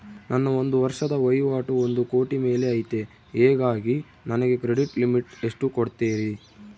ನನ್ನ ಒಂದು ವರ್ಷದ ವಹಿವಾಟು ಒಂದು ಕೋಟಿ ಮೇಲೆ ಐತೆ ಹೇಗಾಗಿ ನನಗೆ ಕ್ರೆಡಿಟ್ ಲಿಮಿಟ್ ಎಷ್ಟು ಕೊಡ್ತೇರಿ?